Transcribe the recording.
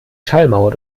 schallmauer